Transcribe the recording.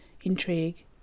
intrigue